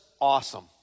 awesome